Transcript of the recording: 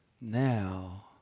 now